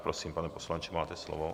Prosím, pane poslanče, máte slovo.